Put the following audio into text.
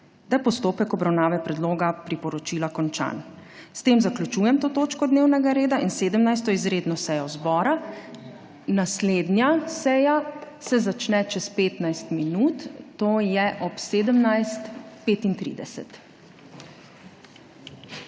da je postopek obravnave predloga priporočila končan. S tem zaključujem to točko dnevnega reda in 17. izredno sejo zbora. Naslednja seja se začne čez 15 minut, to je ob 17.35.